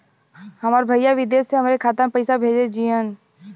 हमार भईया विदेश से हमारे खाता में पैसा कैसे भेजिह्न्न?